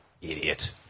idiot